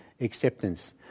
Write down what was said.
acceptance